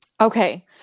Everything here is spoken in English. Okay